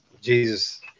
jesus